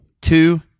two